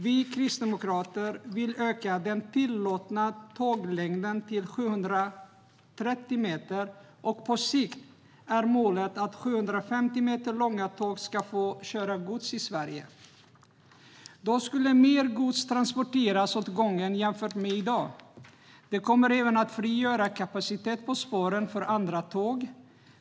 Vi kristdemokrater vill öka den tillåtna tåglängden till 730 meter. På sikt är målet att 750 meter långa tåg ska få transportera gods i Sverige. Då skulle mer gods transporteras åt gången jämfört med i dag. Det kommer även att frigöra kapacitet på spåren för andra tåg.